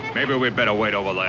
maybe we'd better wait over like